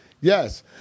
yes